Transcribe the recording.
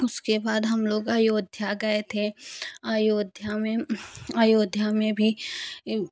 उसके बाद हम लोग अयोध्या गए थे अयोध्या में अयोध्या में भी